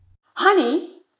honey